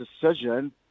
decision